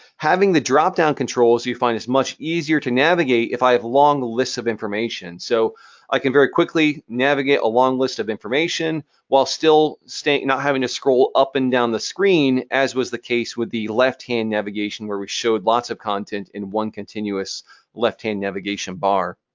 having the dropdown controls, you find it's much easier to navigate if i have a long list of information. so i can very quickly navigate a long list of information while still still not having to scroll up and down the screen as was the case with the left-hand navigation where we showed lots of content in one continuous left-hand navigation bar.